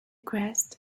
crest